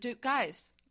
guys-